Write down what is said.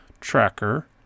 tracker